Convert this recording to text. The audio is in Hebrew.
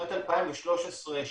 בשנת 2013,